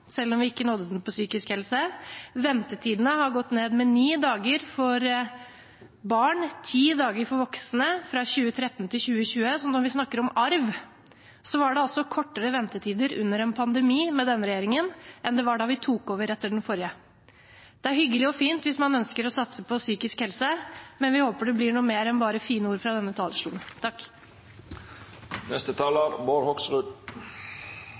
selv om vi ikke nådde den på psykisk helse – og ventetidene gikk ned med ni dager for barn og ti dager for voksne fra 2013 til 2020. Så når vi snakker om arv, var det altså kortere ventetider – og det under en pandemi – med den forrige regjeringen enn det var da vi tok over etter den før det. Det er hyggelig og fint hvis man ønsker å satse på psykisk helse, men vi håper det blir noe mer enn bare fine ord fra denne talerstolen.